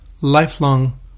lifelong